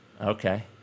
Okay